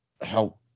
help